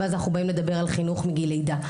ואז אנחנו באים לדבר על חינוך מגיל לידה.